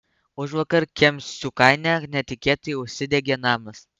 užvakar kemsių kaime netikėtai užsidegė namas